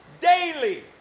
daily